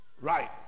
Right